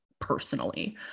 personally